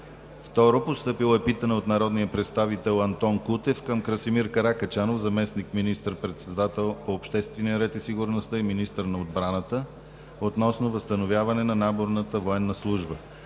г. Постъпило е питане от народния представител Антон Кутев към Красимир Каракачанов – заместник министър-председател по обществения ред и сигурност и министър на отбраната, относно възстановяване на наборната военна служба.